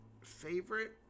Favorite